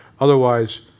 Otherwise